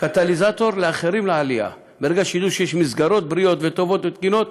קטליזטור לאחרים לעלייה: ברגע שידעו שיש מסגרות חינוך טובות ותקינות,